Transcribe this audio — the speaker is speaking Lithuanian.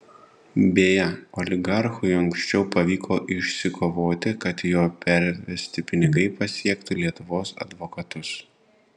beje oligarchui anksčiau pavyko išsikovoti kad jo pervesti pinigai pasiektų lietuvos advokatus